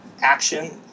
action